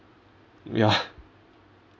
ya